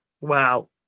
Wow